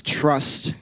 trust